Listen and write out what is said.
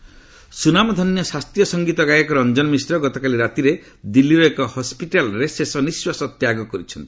ରଞ୍ଜନ ମିଶ୍ର ସୁନାମଧନ୍ୟ ଶାସ୍ତୀୟ ସଙ୍ଗୀତ ଗାୟକ ରଞ୍ଜନ ମିଶ୍ର ଗତକାଲି ରାତିରେ ଦିଲ୍ଲୀର ଏକ ହସ୍କିଟାଲ୍ରେ ଶେଷ ନିଃଶ୍ୱାସ ତ୍ୟାଗ କରିଛନ୍ତି